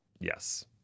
Yes